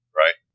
right